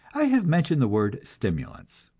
i have mentioned the word stimulants,